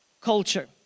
culture